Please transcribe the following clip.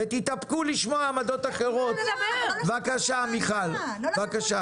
ותתאפקו לשמוע עמדות אחרות בבקשה מיכל,